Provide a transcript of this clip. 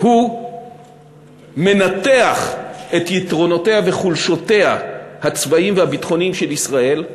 הוא מנתח את יתרונותיה וחולשותיה הצבאיים והביטחוניים של ישראל,